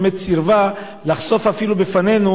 באמת סירבה לחשוף אפילו בפנינו